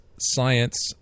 Science